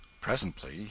presently